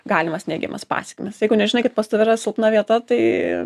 galimas neigiamas pasekmes jeigu nežinai kad pas tave yra silpna vieta tai